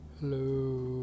Hello